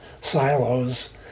silos